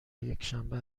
یکشنبه